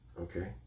Okay